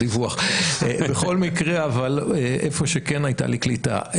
בכל מקרה, איפה שכן הייתה לי קליטה.